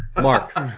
Mark